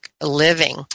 living